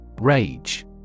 Rage